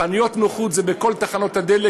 חנויות נוחות נמצאות בכל תחנות הדלק,